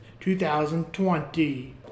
2020